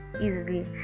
easily